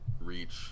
reach